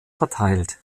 verteilt